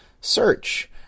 search